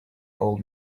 old